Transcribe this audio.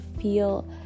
feel